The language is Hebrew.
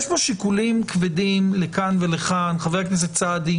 אני לא הייתי כאן, גלעד לא היה כאן.